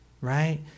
right